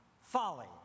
folly